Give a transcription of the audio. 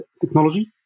technology